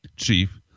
chief